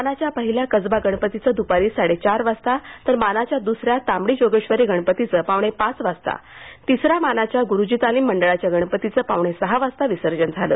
मानाच्या पहिल्या कसबा गणपतीचं दुपारी साडेचार वाजता तर मानाच्या दुसऱ्या तांबडी जोगेश्वरी गणपतीचं पावणे पाच वाजता आणि तिसऱ्या मानाच्या ग्रुजी तालिम मंडळाच्या गणपतींचं पावणे सहा वाजता विसर्जन झालं